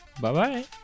Bye-bye